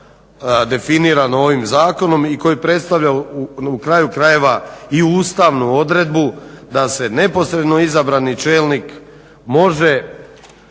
definirano ovim zakonom i koji predstavlja na kraju krajeva i ustavnu odredbu da se neposredno izabrani čelnik može